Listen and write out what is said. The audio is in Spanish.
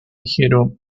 ligero